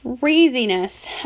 craziness